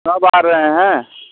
कब आ रहे हैं